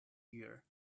year